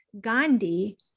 Gandhi